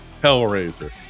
Hellraiser